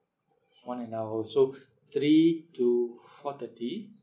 one and a half hours so three to four thirty